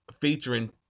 featuring